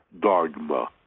dogma